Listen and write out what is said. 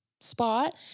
spot